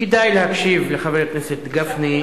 כדאי להקשיב לחבר הכנסת גפני.